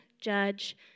judge